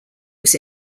was